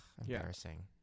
embarrassing